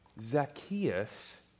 Zacchaeus